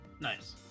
Nice